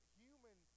human